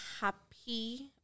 happy